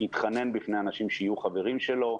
התחנן בפני אנשים שיהיו חברים שלו,